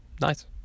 Nice